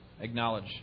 Acknowledge